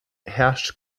herrscht